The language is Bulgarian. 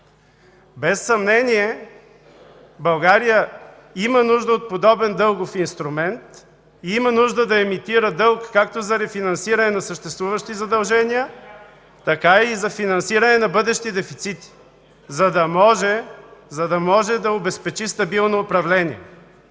Без съмнение България има нужда от подобен дългов инструмент, има нужда да емитира дълг както за рефинансиране на съществуващи задължения, така и за финансиране на бъдещи дефицити (реплики в БСП ЛБ), за да може да обезпечи стабилно управление.